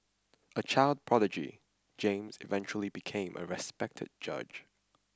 a child prodigy James eventually became a respected judge